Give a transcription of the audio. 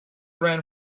ran